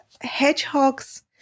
hedgehogs